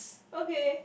okay